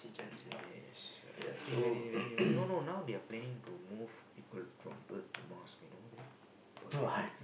yes and I think very very no no now they are planning to move people from Earth to Mars and all that deported